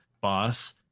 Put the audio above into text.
boss